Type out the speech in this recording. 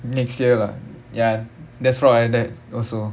next year lah ya that's what I read also